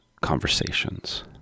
conversations